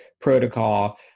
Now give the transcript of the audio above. protocol